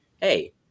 hey